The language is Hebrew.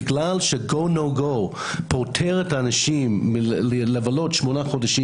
בגלל ש-go no go פוטר את האנשים מלבלות שמונה חודשים